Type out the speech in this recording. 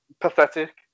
pathetic